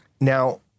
Now